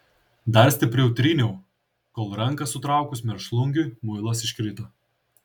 dar stipriau tryniau kol ranką sutraukus mėšlungiui muilas iškrito